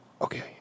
Okay